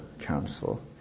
council